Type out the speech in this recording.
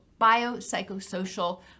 biopsychosocial